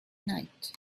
night